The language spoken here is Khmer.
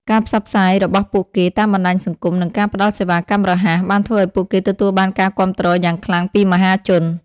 ការផ្សព្វផ្សាយរបស់ពួកគេតាមបណ្ដាញសង្គម និងការផ្តល់សេវាកម្មរហ័ស បានធ្វើឱ្យពួកគេទទួលបានការគាំទ្រយ៉ាងខ្លាំងពីមហាជន។